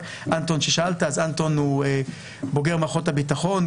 אנטון הוא בוגר מערכות הביטחון,